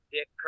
Dick